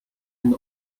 and